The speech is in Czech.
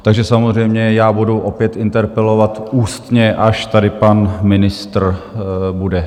Takže samozřejmě budu opět interpelovat ústně, až tady pan ministr bude.